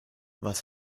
was